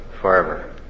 forever